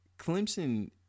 Clemson